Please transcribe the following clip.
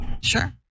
Sure